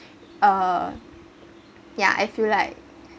uh yeah I feel like